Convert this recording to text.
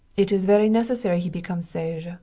it is very necessary he become sage,